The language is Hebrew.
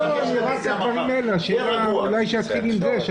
(היו"ר אוסאמה סעדי, 13:23)